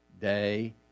day